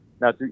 Now